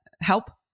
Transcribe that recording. help